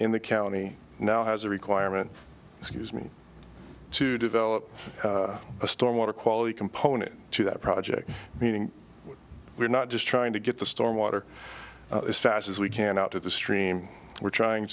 in the county now has a requirement excuse me to develop a storm water quality component to that project meaning we're not just trying to get the storm water as fast as we can out of the stream we're trying